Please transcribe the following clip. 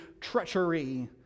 treachery